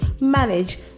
manage